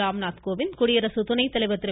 ராம்நாத்கோவிந்த் குடியரசுத் துணைத்தலைவர் திரு